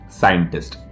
scientist